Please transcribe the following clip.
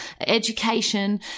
education